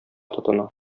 тотына